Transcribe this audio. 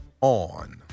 on